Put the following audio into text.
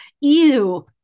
ew